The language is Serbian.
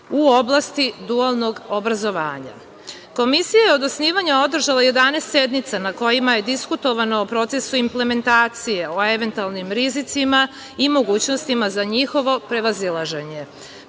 u oblasti dualnog obrazovanja. Komisija je od osnivanja održala 11 sednica na kojima je diskutovano o procesu implementacije, o eventualnim rizicima i mogućnostima za njihovo prevazilaženje. Primeri